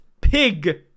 Pig